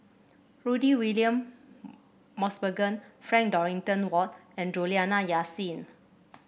Rudy William Mosbergen Frank Dorrington Ward and Juliana Yasin